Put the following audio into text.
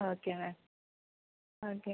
okay ma'am okay